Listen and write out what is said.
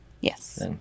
Yes